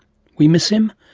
we miss him,